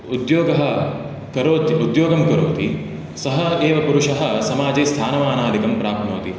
उद्योगः करोति उद्योगं करोति सः एव पुरुषः समाजे स्थानमानादिकं प्राप्नोति